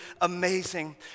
amazing